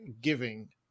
giving